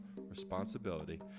responsibility